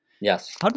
Yes